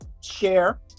share